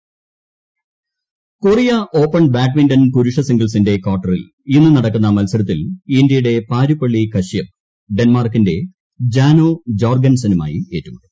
Korea badminton Korea open ബാഡ്മിന്റണിൽ പുരുഷ സിംഗിൾസിന്റെ കാർട്ടറിൽ ഇന്ന് നടക്കുന്ന മത്സരത്തിൽ ഇന്ത്യയുടെ പാരുപള്ളി കശ്യപ് ഡെൻമാർക്കിന്റെ ജാൻ ഒ ജോർഗെൻസെനുമായി ഏറ്റുമുട്ടും